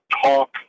talk